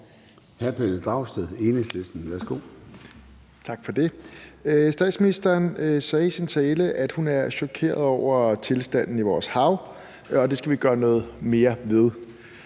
01:46 Pelle Dragsted (EL): Tak for det. Statsministeren sagde i sin tale, at hun er chokeret over tilstanden i vores hav, og det skal vi gøre noget mere ved.